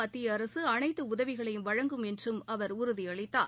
மத்தியஅரசுஅனைத்தஉதவிகளைவழங்கும் என்றும் அவர் உறுதிஅளித்தார்